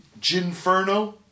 Ginferno